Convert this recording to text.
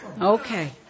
Okay